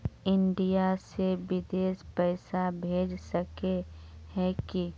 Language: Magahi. इंडिया से बिदेश पैसा भेज सके है की?